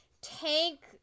tank